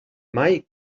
mai